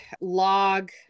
log